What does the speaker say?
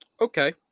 Okay